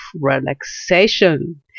relaxation